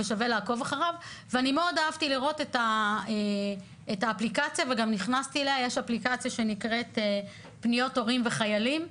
גם מאוד אהבתי לראות את האפליקציה שנקראת פניות הורים וחיילים,